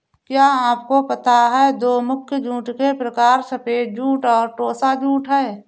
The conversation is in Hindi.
क्या आपको पता है दो मुख्य जूट के प्रकार सफ़ेद जूट और टोसा जूट है